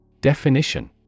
Definition